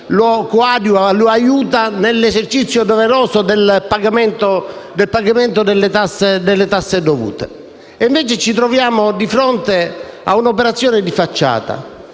lo coadiuva, lo aiuta nell'esercizio doveroso del pagamento delle tasse dovute. Invece ci troviamo di fronte a un'operazione di facciata,